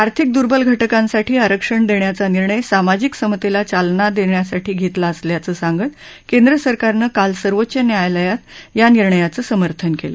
आर्थिक दुर्बल घटकांसाठी आरक्षण देण्याचा निर्णय सामाजिक समतेला चालना देण्यासाठी घेतला असल्याचं सांगत केंद्र सरकारनं काल सर्वोच्च न्यायालयात या निर्णयाचं समर्थन केलं